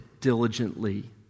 diligently